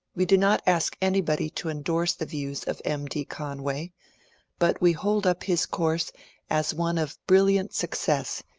we do not ask anybody to endorse the views of m. d. conway but we hold up his course as one of brilliant success,